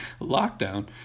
lockdown